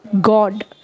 God